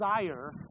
desire